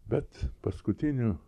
bet paskutiniu